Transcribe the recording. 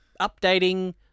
updating